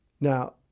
Now